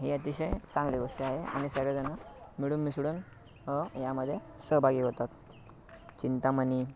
हे अतिशय चांगली गोष्ट आहे आणि सर्वेजणं मिळूनमिसळून यामध्ये सहभागी होतात चिंतामणी